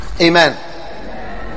Amen